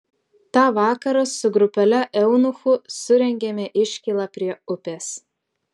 tą vakarą su grupele eunuchų surengėme iškylą prie upės